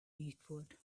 eastward